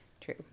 True